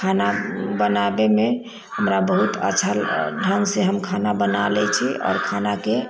खाना बनाबयमे हमरा बहुत अच्छा ढङ्गसँ हम खाना बना लै छी आओर खानाके